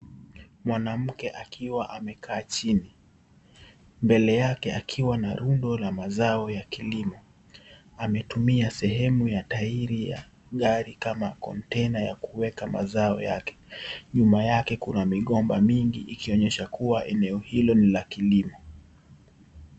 Mwanamke akiwa amekaa chini, mbele yake akiwa na rundo la mazao ya kilimo. Ametumia sehemu ya tairi ya gari kama kontena ya kuweka mazao yake. Nyuma yake kuna migomba mingi ikionyesha kuwa eneo hilo ni la kilimo.